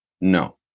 No